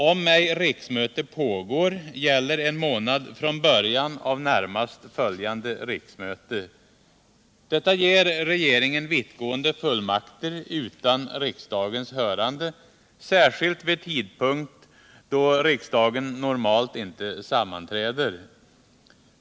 Om riksmöte ej pågår gäller att beslutet skall underställas riksdagen inom en månad från början av närmast följande riksmöte. Detta ger regeringen vittgående fullmakter utan riksdagen hörande, särskilt vid tidpunkt då riksdagen normalt inte sammanträder.